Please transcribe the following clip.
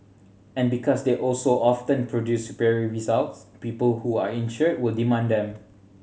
and because they also often produce superior results people who are insured will demand them